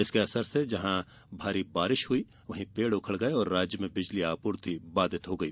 इसके असर से भारी बारिश हुई पेड़ उखड़ गए और राज्य में बिजली आपूर्ति बाधित हो गई